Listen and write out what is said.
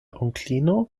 onklino